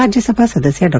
ರಾಜ್ಯಸಭಾ ಸದಸ್ಯ ಡಾ